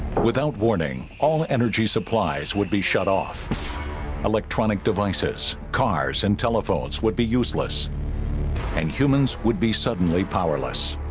without warning all energy supplies would be shut off electronic devices cars and telephones would be useless and humans would be suddenly powerless